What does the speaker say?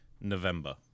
November